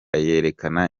yerekana